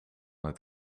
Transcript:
het